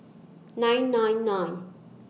nine nine nine